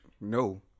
no